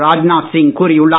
ராஜ்நாத் சிங் கூறியுள்ளார்